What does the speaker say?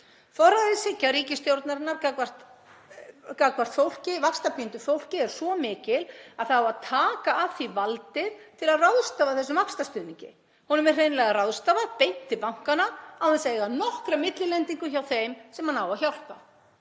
Forræðishyggja ríkisstjórnarinnar gagnvart fólki, vaxtapíndu fólki, er svo mikil að það á að taka af fólki valdið til að ráðstafa þessum vaxtastuðningi. Honum er hreinlega ráðstafað beint til bankanna án þess að eiga nokkra millilendingu hjá þeim sem hann á að hjálpa.